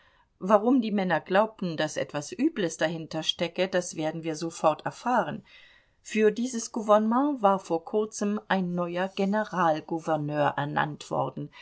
warum die männer glaubten daß etwas übles dahinter stecke das werden wir sofort erfahren für dieses gouvernement war vor kurzem ein neuer generalgouverneur ernannt worden